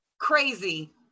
crazy